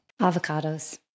avocados